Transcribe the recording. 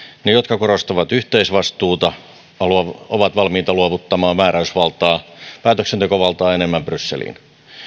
ne jotka korostavat yhteisvastuuta ovat valmiita luovuttamaan päätöksentekovaltaa enemmän brysseliin